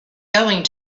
going